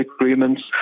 agreements